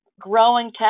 growing